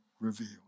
revealed